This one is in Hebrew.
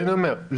אני אומר,